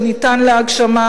שניתן להגשמה,